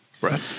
Right